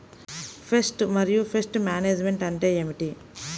Pest మరియు pest management అంటే ఏమిటి?